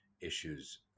issues